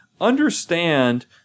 understand –